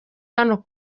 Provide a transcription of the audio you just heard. hano